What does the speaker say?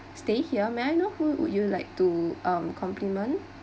stay here may I know who you would like to um complement